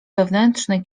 wewnętrznej